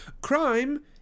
crime